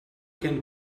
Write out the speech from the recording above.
can